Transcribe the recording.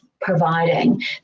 providing